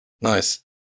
Nice